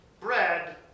Bread